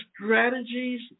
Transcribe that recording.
strategies